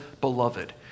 beloved